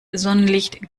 sonnenlicht